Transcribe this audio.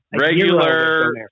Regular